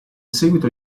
seguito